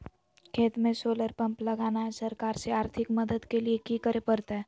खेत में solar pump लगाना है, सरकार से आर्थिक मदद के लिए की करे परतय?